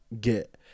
get